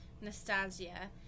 Nastasia